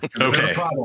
Okay